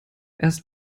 erst